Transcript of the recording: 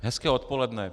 Hezké odpoledne.